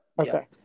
Okay